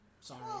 Sorry